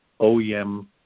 OEM